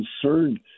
concerned